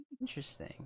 Interesting